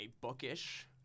bookish